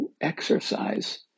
exercise